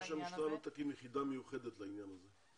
למה שהמשטרה לא תקים יחידה מיוחדת לעניין הזה?